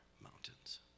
mountains